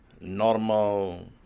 normal